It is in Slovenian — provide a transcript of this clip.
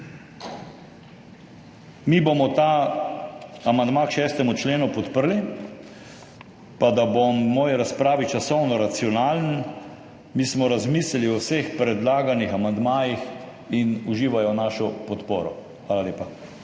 Mi bomo ta amandma k 6. členu podprli. Pa da bom v moji razpravi časovno racionalen, mi smo razmislili o vseh predlaganih amandmajih in uživajo našo podporo. Hvala lepa.